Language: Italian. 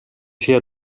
sia